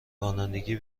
رانندگی